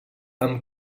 amb